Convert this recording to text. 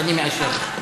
אז אני מאשר לו.